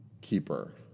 keeper